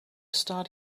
start